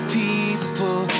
people